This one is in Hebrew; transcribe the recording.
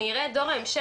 אני אראה את דור ההמשך,